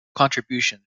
contributions